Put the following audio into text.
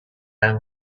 own